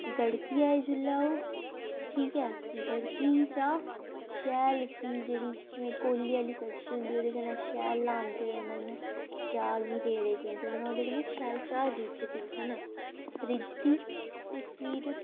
गड़की जाए जेल्लै ओह् ठीक ऐ गड़की चाह् शैल उसी जेह्ड़ी कौली आह्ली कड़छी होंदी ओह्दे कन्नै शैल लांदे रौह्ना इ'यां चाह् गी रेड़े दिंदे रौह्ना ओह्दे कन्नै शैल चाह् रिज्झदी हैना रिज्झदी ते फिर